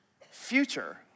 future